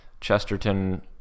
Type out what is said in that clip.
Chesterton